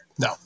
No